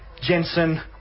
Jensen